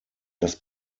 das